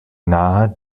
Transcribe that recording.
der